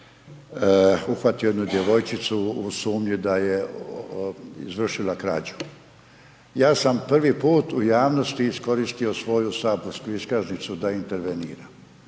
uhvatio jednu djevojčicu u sumnju da je izvršila krađu. Ja sam prvi put u javnosti iskoristio svoju saborsku iskaznicu da interveniram.